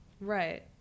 Right